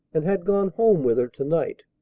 and had gone home with her to-night!